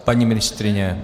Paní ministryně?